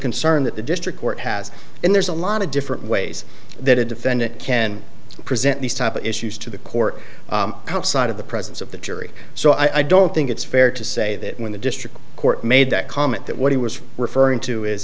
concern that the district court has and there's a lot of different ways that a defendant can present these type issues to the court house side of the presence of the jury so i don't think it's fair to say that when the district court made that comment that what he was referring to is